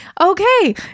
Okay